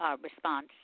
response